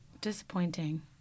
disappointing